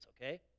okay